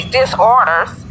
disorders